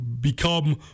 become